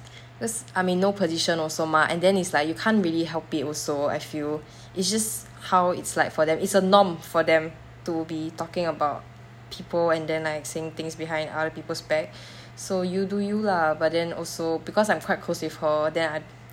this~ I'm in no position also mah and then it's like you can't really help it also I feel it's just how it's like for them it's a norm for them to be talking about people and then like saying things behind other peoples' back so you do you lah but then also because I'm quite close with her then I~